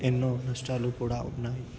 ఎన్నో నష్టాలు కూడా ఉన్నాయి